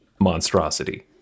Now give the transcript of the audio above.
monstrosity